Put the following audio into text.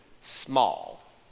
small